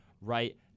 right